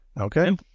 Okay